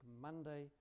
Monday